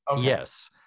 Yes